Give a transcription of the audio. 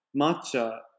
matcha